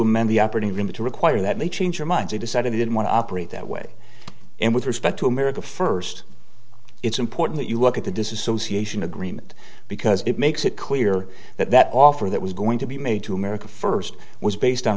amend the operating room to require that may change their minds they decided they didn't want to operate that way and with respect to america first it's important that you look at the dissociation agreement because it makes it clear that that offer that was going to be made to america first was based on